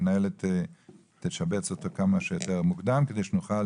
המנהלת תשבץ אותו כמה שיותר מוקדם כדי שנוכל